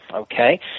Okay